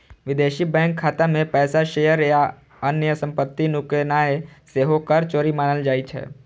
विदेशी बैंक खाता मे पैसा, शेयर आ अन्य संपत्ति नुकेनाय सेहो कर चोरी मानल जाइ छै